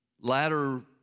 latter